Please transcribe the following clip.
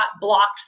blocked